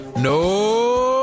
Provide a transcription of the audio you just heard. No